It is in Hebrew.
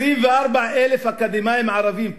24,000 אקדמאים ערבים,